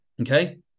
okay